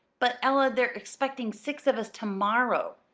but, ella, they're expecting six of us to-morrow,